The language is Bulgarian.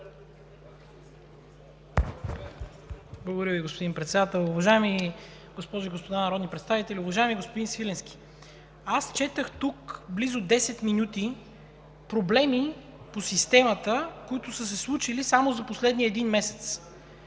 Благодаря Ви, господин Председател. Уважаеми госпожи и господа народни представители! Уважаеми господин Свиленски, аз тук четох близо 10 минути за проблеми по системата, които са се случили само за последния месец.